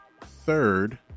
third